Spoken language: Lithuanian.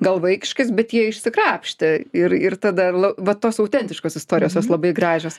gal vaikiškais bet jie išsikrapštė ir ir tada va tos autentiškos istorijos jos gražios